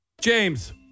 James